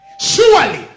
Surely